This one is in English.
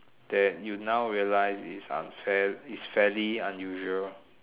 that you now realised it's unfair it's fairly unusual